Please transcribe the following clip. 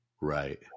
Right